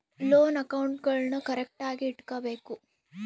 loan ಅಕೌಂಟ್ಗುಳ್ನೂ ಕರೆಕ್ಟ್ಆಗಿ ಇಟಗಬೇಕು